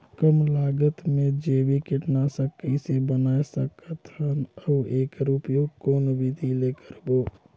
कम लागत मे जैविक कीटनाशक कइसे बनाय सकत हन अउ एकर उपयोग कौन विधि ले करबो?